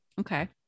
Okay